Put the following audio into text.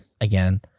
Again